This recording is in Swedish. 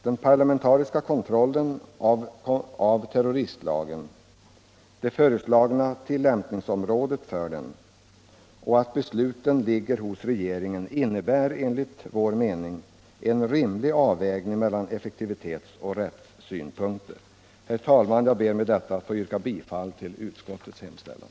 Den parlamentariska kontrollen av terroristlagen, det föreslagna tillämpningsområdet för lagen och den omständigheten att besluten ligger hos regeringen innebär enligt vår mening en rimlig avvägning mellan effektivitetsoch rättssynpunkter. Herr talman! Jag ber med detta att få yrka bifall till utskottets hemställan.